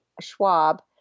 Schwab